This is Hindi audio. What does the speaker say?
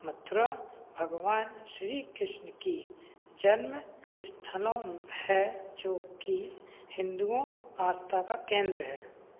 मथुरा भगवान श्री कृष्ण के जन्म स्थल है जोकि हिंदुओं आस्था का केंद्र है